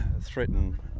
threaten